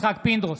יצחק פינדרוס,